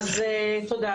תודה.